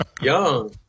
young